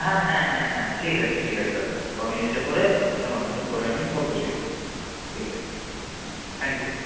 হ্যাঁ হ্যাঁ হ্যাঁ হ্যাঁ ঠিক আছে ঠিক আছে দাদা আমি এসে আপনার মাপজোক করে আমি সব বসিয়ে দেব ঠিক আছে হুম থ্যাংক ইউ